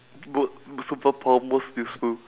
most superpower most useful